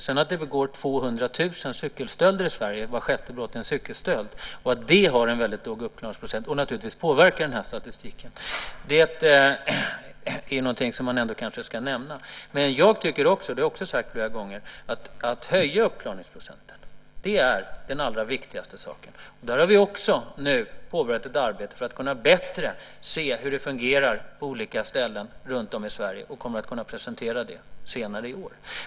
Att det sedan begås 200 000 cykelstölder i Sverige - vart sjätte brott är en cykelstöld - och att de har en låg uppklaringsprocent och naturligtvis påverkar statistiken är något som man kanske ändå ska nämna. Men jag tycker också, precis som jag har sagt många gånger, att den allra viktigaste saken är att höja uppklaringsprocenten. Där har vi också nu påbörjat ett arbete för att bättre kunna se hur det fungerar på olika ställen runtom i Sverige. Det kommer vi att kunna presentera senare i år.